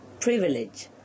privilege